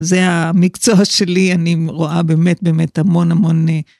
זה המקצוע שלי, אני רואה באמת, באמת, המון, המון...